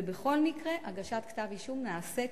ובכל מקרה הגשת כתב אישום נעשית